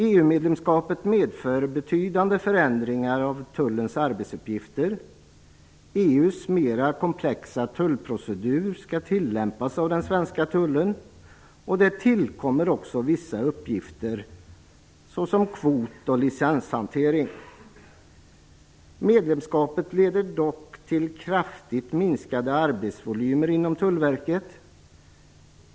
EU-medlemskapet medför betydande förändringar av tullens arbetsuppgifter. EU:s mer komplexa tullprocedur skall tillämpas av den svenska tullen och det tillkommer också vissa uppgifter såsom kvot och licenshantering. Medlemskapet leder dock till kraftigt minskade arbetsvolymer inom Tullverket.